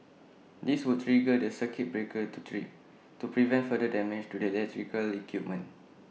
this would trigger the circuit breakers to trip to prevent further damage to the electrical equipment